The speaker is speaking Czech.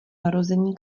narození